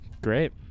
Great